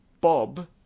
bob